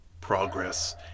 progress